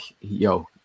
yo